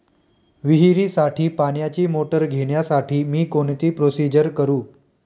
विहिरीसाठी पाण्याची मोटर घेण्यासाठी मी कोणती प्रोसिजर करु?